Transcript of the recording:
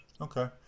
okay